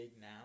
now